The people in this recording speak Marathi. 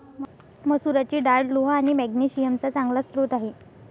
मसुराची डाळ लोह आणि मॅग्नेशिअम चा चांगला स्रोत आहे